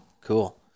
cool